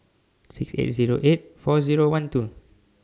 six eight Zero eight four Zero one two